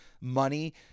money